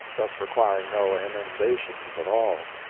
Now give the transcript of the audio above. thus requiring no emendations at all.